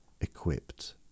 equipped